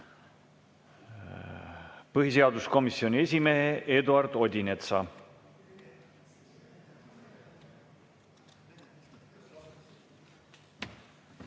põhiseaduskomisjoni esimehe Eduard Odinetsi.